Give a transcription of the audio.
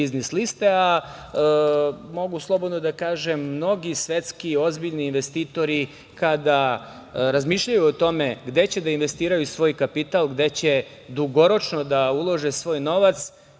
biznis liste, a mogu slobodno da kažem da mnogi svetski ozbiljni investitori kada razmišljaju o tome gde će da investiraju svoj kapital gde će dugoročno da ulože svoj novac